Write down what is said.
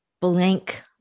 blank